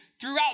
throughout